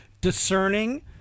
discerning